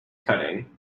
cutting